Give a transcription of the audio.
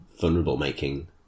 vulnerable-making